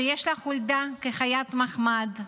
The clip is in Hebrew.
שיש לה חולדה כחיית מחמד,